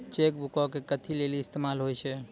Cheque बुको के कथि लेली इस्तेमाल होय छै?